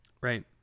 right